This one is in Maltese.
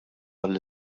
għall